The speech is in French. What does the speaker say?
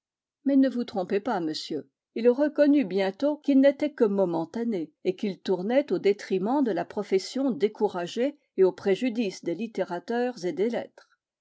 mais ne vous trompez pas monsieur il reconnut bientôt qu'il n'était que momentané et qu'il tournait au détriment de la profession découragée et au préjudice des littérateurs et des lettres